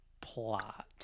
plot